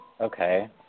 Okay